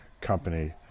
company